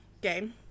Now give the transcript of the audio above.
game